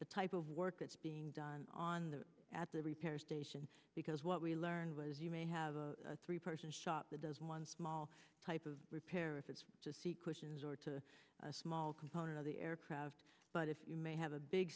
the type of work that's being done on the at the repair station because what we learned was you may have a three person shop that does one small type of repair if it's just the cushions or to a small component of the aircraft but if you may have a big